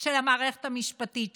של המערכת המשפטית שלנו,